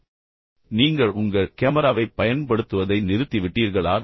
மற்றொரு சுவாரஸ்யமான கேள்வி என்னவென்றால் நீங்கள் உங்கள் கேமராவைப் பயன்படுத்துவதை நிறுத்திவிட்டீர்களா